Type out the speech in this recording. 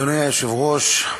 אדוני היושב-ראש,